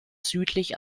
südlich